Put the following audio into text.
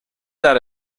that